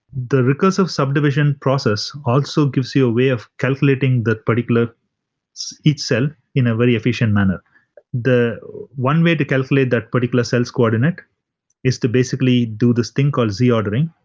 the recursive subdivision process also gives you a way of calculating that particular each cell in a very efficient manner one way to calculate that particular cells coordinate is to basically do this thing called z ordering,